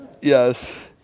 Yes